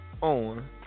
On